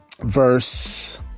verse